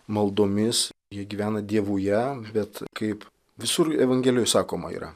maldomis jie gyvena dievuje bet kaip visur evangelijoj sakoma yra